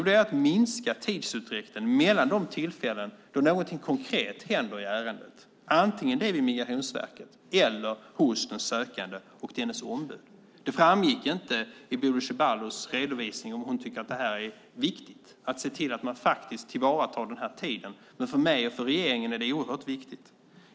Det är att minska tidsutdräkten mellan de tillfällen då någonting konkret händer i ärendet, antingen det är vid Migrationsverket eller hos den sökande och dennes ombud. Det framgick inte av Bodil Ceballos redovisning om hon tycker att det är viktigt att se till att man faktiskt tillvaratar den här tiden. För mig och för regeringen är det oerhört viktigt.